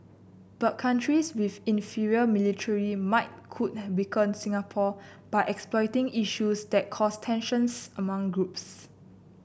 but countries with inferior military might could weaken Singapore by exploiting issues that cause tensions among groups